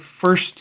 first